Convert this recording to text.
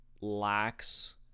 lacks